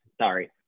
Sorry